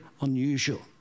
unusual